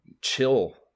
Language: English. Chill